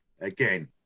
again